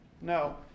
No